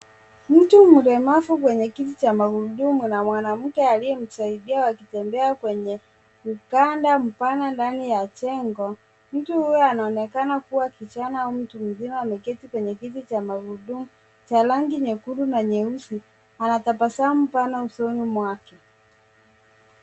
Mtu mlemavu mwenye kiti cha magurudumu na mwananamke aliyemsaidia wakitembea kwenye ukanda mpana ndani ya jengo. Mtu huyo anaonekana kuwa kijana au mtu mzima ameketi kwenye kiti cha magurudumu cha rangi nyekundu na nyeusi. Ana tabasamu pana usoni mwake.